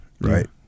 right